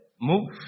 move